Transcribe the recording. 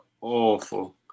awful